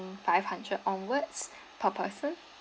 five hundred onwardS per person